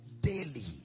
daily